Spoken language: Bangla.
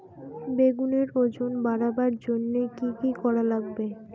বেগুনের ওজন বাড়াবার জইন্যে কি কি করা লাগবে?